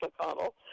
McConnell